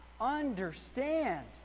understand